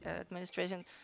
administration